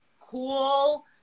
cool